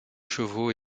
chevaux